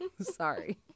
Sorry